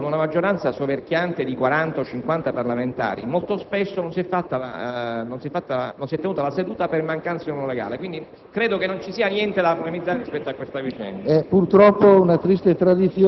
Presidente, vorrei ricordare che nella scorsa legislatura, nonostante una maggioranza soverchiante di 40 o 50 senatori, molto spesso non si e` svolta la seduta per mancanza del numero legale.